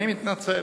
אני מתנצל.